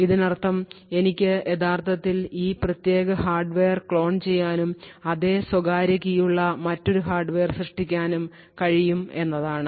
ഇതിനർത്ഥം എനിക്ക് യഥാർത്ഥത്തിൽ ഈ പ്രത്യേക ഹാർഡ്വെയർ ക്ലോൺ ചെയ്യാനും അതേ സ്വകാര്യ കീ ഉള്ള മറ്റൊരു ഹാർഡ്വെയർ സൃഷ്ടിക്കാനും കഴിയും എന്നതാണ്